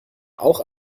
auch